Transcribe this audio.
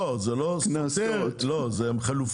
לא, זה לא סותר, זה חלופי.